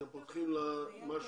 אתם פותחים לה תיק במחשב.